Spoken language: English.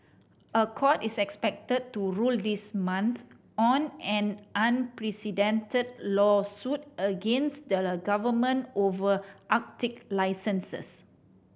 a court is expected to rule this month on an unprecedented lawsuit against the government over Arctic licenses